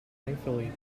thankfully